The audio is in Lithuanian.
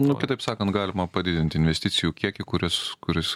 nu kitaip sakant galima padidint investicijų kiekį kuris kuris